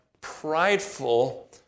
prideful